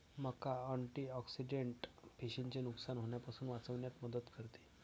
मका अँटिऑक्सिडेंट पेशींचे नुकसान होण्यापासून वाचविण्यात मदत करते